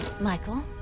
Michael